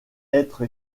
être